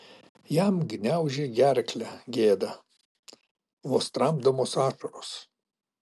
jam gniaužė gerklę gėda vos tramdomos ašaros